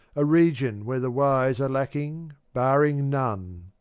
a region where the wise are lacking, barring none.